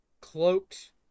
cloaked